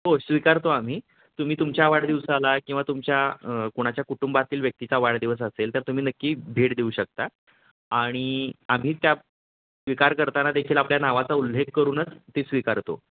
हो स्वीकारतो आम्ही तुम्ही तुमच्या वाढदिवसाला किंवा तुमच्या कोणाच्या कुटुंबातील व्यक्तीचा वाढदिवस असेल तर तुम्ही नक्की भेट देऊ शकता आणि आम्ही त्या स्वीकार करताना देखील आपल्या नावाचा उल्लेख करूनच ती स्वीकारतो